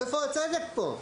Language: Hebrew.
איפה הצדק פה?